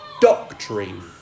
doctrine